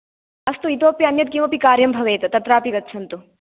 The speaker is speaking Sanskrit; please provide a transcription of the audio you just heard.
अस्तु इतोऽपि अन्यत् किमपि कार्यं भवेत् तत्रापि गच्छन्तु